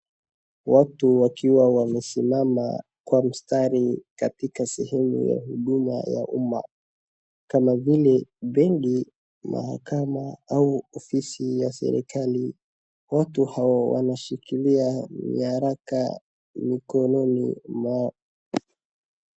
Watu wakiwa wamesimama kwa mstari katika sehemu ya huduma ya umma kama vile benki, mahakama au ofisi ya serikali. Watu hao wanashikilia miharaka mikononi mwao.